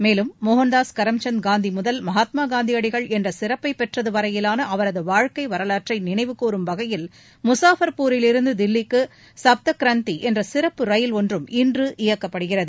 மேலும் மோகன்தாஸ் கரம்சந்த் காந்தி முதல் மகாத்மா காந்தியடிகள் என்ற சிறப்பை பெற்றது வரயிலான அவரது வாழ்க்கை வரவாற்றை நினைவுகூறும் வகையில் முஸாபர்பூரிவிருந்து தில்லிக்கு சப்த கிரந்தி என்ற சிறப்பு ரயில் ஒன்றும் இன்று இயக்கப்படுகிறது